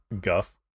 guff